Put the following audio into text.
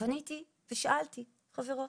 פניתי ושאלתי חברות,